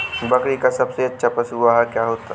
बकरी का सबसे अच्छा पशु आहार कौन सा है?